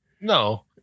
No